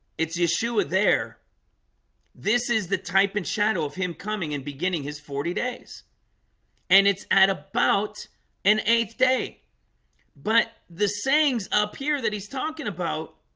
it's yeshua there this is the type and shadow of him coming and beginning his forty days and it's at about an eighth day but the sayings up here that he's talking about